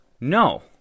No